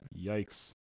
yikes